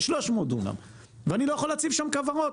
300 דונם ואני לא יכול להציב שם כוורות.